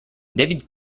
david